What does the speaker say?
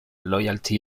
loyalty